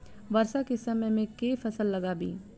वर्षा केँ समय मे केँ फसल लगाबी?